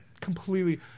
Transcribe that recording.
Completely